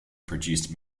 produced